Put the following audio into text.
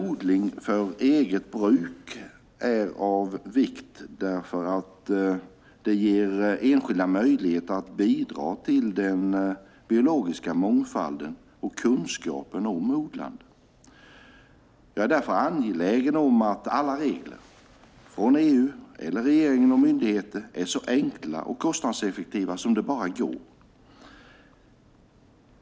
Även odling för eget bruk är av vikt därför att det ger enskilda möjlighet att bidra till den biologiska mångfalden och kunskapen om odlande. Jag är därför angelägen om att alla regler, från EU eller regeringen och myndigheter, är så enkla och kostnadseffektiva som det bara går.